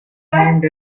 named